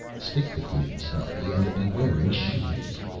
stick with me snarbi and you'll be wearing shoes.